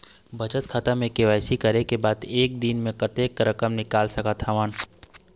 बचत खाता म के.वाई.सी करे के बाद म एक दिन म कतेक रकम निकाल सकत हव?